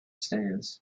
stands